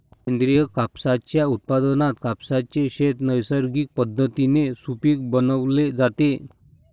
सेंद्रिय कापसाच्या उत्पादनात कापसाचे शेत नैसर्गिक पद्धतीने सुपीक बनवले जाते